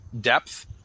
depth